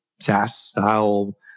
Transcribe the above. SaaS-style